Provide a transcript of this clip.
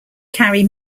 carry